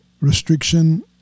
restriction